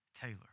Taylor